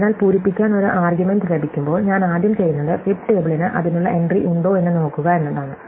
അതിനാൽ പൂരിപ്പിക്കാൻ ഒരു ആർഗ്യുമെന്റ് ലഭിക്കുമ്പോൾ ഞാൻ ആദ്യം ചെയ്യുന്നത് ഫിബ് ടേബിളിന് അതിനുള്ള എൻട്രി ഉണ്ടോ എന്ന് നോക്കുക എന്നതാണ്